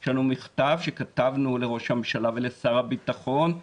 יש לנו מכתב שכתבנו לראש הממשלה ולשר הביטחון,